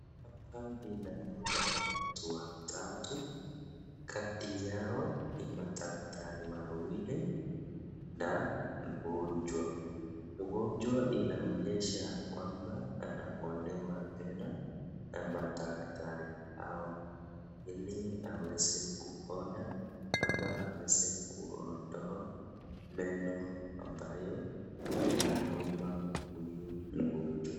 Hapa ninaona watu watatu, kati yao ni madaktari wawili na mgonjwa. Mgonjwa anaonyeshwa anang'olewa meno na madaktari hawa ili aweze kupona ama ili aweze kuondoa meno inayouma huyu mgonjwa.